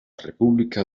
república